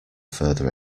further